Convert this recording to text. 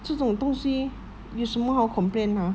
这种东西有什么好 complain !huh!